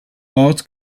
ort